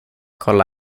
kolla